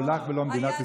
לא לך ולא מדינת ישראל.